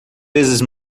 vezes